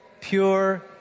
pure